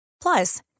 Plus